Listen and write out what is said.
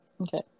okay